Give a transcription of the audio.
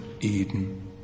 Eden